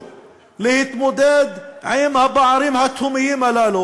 בהתמודדות עם הפערים התהומיים הללו,